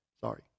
Sorry